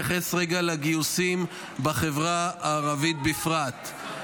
אני רוצה להתייחס רגע לגיוסים בחברה הערבית בפרט.